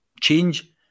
change